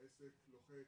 העסק לוחץ,